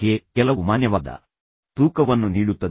V ಗೆ ಕೆಲವು ಮಾನ್ಯವಾದ ತೂಕವನ್ನು ನೀಡುತ್ತದೆ